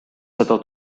seda